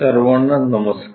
सर्वांना नमस्कार